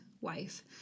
wife